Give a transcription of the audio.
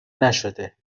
نشده